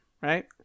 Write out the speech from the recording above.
right